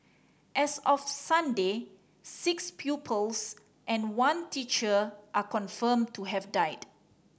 as of Sunday six pupils and one teacher are confirmed to have died